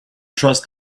trust